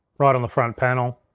right on the front panel.